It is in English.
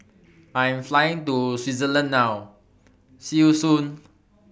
I Am Flying to Switzerland now See YOU Soon